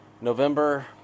November